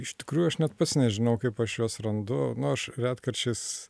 iš tikrųjų aš net pats nežinau kaip aš juos randu nu aš retkarčiais